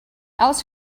alice